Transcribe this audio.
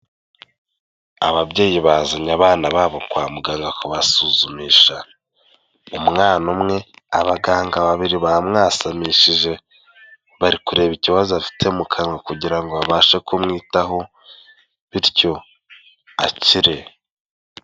Ababyeyi bazanye abana babo kwa muganga kubasuzumisha, umwana umwe abaganga babiri bamwasamishije. Bari kureba ikibazo afite mu kanwa kugira ngo babashe kumwitaho ,bityo akire.